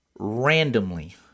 Randomly